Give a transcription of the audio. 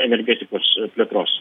energetikos plėtros